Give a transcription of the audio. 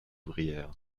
ouvrière